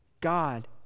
God